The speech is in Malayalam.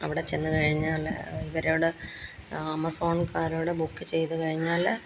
അവിടെ ചെന്നുകഴിഞ്ഞാല് ഇവരോട് ആമസോൺകാരോട് ബുക്ക് ചെയ്തുകഴിഞ്ഞാല്